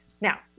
Now